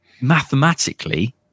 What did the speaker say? mathematically